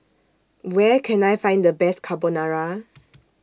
Where Can I Find The Best Carbonara